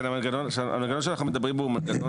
המנגנון שאנחנו מדברים פה הוא מנגנון